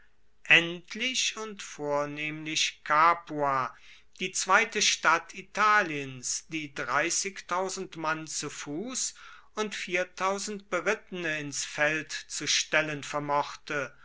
endlich und vornehmlich capua die zweite stadt italiens die mann zu fuss und berittene ins feld zu stellen vermochte